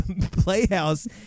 Playhouse